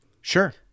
sure